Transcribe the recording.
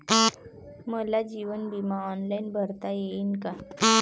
मले जीवन बिमा ऑनलाईन भरता येईन का?